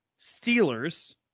Steelers